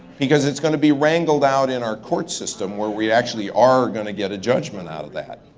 because it's gonna be wrangled out in our court system where we actually are gonna get a judgment out of that.